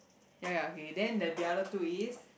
ya ya okay then the other two is